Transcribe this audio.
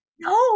No